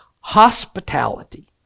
Hospitality